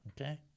Okay